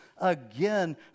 again